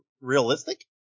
realistic